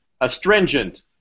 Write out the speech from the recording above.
astringent